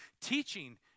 teaching